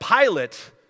Pilate